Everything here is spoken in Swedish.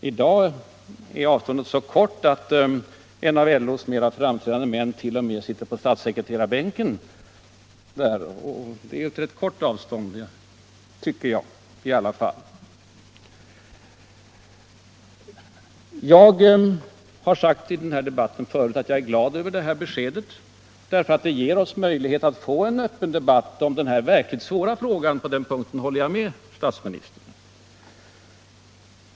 I dag är avståndet så kort att en av LO:s mera framträdande män t.o.m. sitter på statssekreterarbänken. Det är ett rätt kort avstånd, tycker jag i alla fall. Jag har sagt förut i denna debatt att jag är glad över det här beskedet därför att det ger oss möjlighet att få en öppen debatt om denna verkligt svåra fråga — på den punkten håller jag med statsministern.